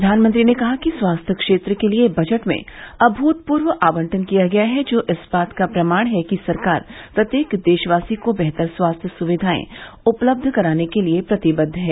प्रधानमंत्री ने कहा कि स्वास्थ्य क्षेत्र के लिए बजट में अभूतपूर्व आवंटन किया गया है जो इस बात का प्रमाण है कि सरकार प्रत्येक देशवासी को बेहतर स्वास्थ्य सुविधाएं उपलब्ध कराने के लिए प्रतिबद्ध है